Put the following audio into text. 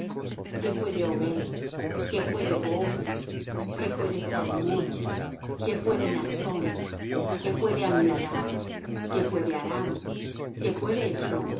que fué de obed que fué de booz que fué de salmón que fué de naassón que fué de aminadab que fué de aram que fué